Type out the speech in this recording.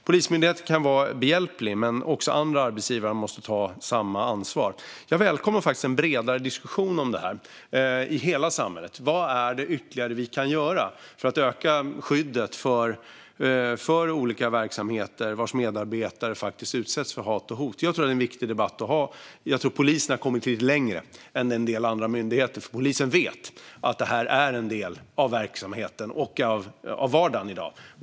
Polismyndigheten kan vara behjälplig, men andra arbetsgivare måste ta samma ansvar. Jag välkomnar faktiskt en bredare diskussion om det här i hela samhället. Vad är det ytterligare vi kan göra för att öka skyddet för olika verksamheter vars medborgare utsätts för hat och hot? Jag tror att det är en viktig debatt att ta. Jag tror att polisen har kommit betydligt längre än en del andra myndigheter, för polisen vet att det här är en del av verksamheten och vardagen i dag.